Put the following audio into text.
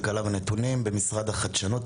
כלכלה ונתונים במשרד החדשנות,